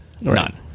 None